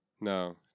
No